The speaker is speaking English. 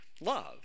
love